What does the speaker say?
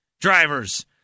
drivers